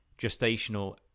gestational